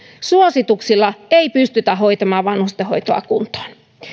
suosituksilla ei pystytä hoitamaan vanhustenhoitoa kuntoon